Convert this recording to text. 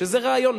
שזה רעיון.